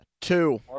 Two